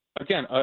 again